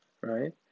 right